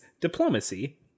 diplomacy